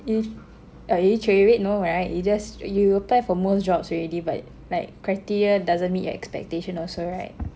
are you cerewet no right you just you apply for most jobs already but like criteria doesn't mean your expectation also right